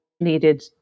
needed